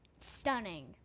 Stunning